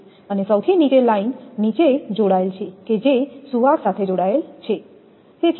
અને સૌથી નીચે લાઇન નીચે જોડાયેલ છે કે જે નીચે સુવાહક સાથે જોડાયેલ છે